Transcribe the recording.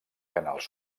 canals